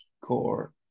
core